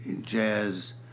jazz